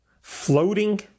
floating